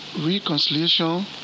reconciliation